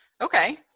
Okay